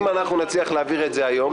אם אנחנו נצליח להעביר את זה היום,